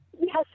Yes